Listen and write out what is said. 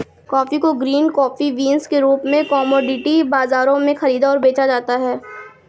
coffee को green coffee beans के रूप में कॉमोडिटी बाजारों में खरीदा और बेचा जाता है